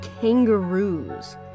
kangaroos